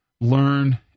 learn